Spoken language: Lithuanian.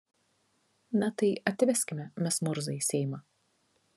na tai atveskime mes murzą į seimą